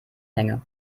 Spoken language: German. länge